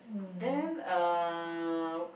then uh